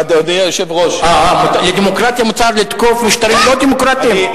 אה, לדמוקרטיה מותר לתקוף משטרים לא דמוקרטיים?